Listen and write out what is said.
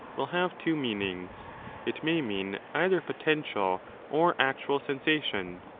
will have two meanings it may mean either potential or actual sensation.